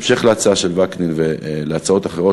בהמשך להצעה של חבר הכנסת וקנין ולהצעות אחרות,